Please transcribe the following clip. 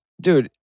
Dude